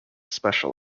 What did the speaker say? special